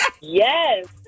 Yes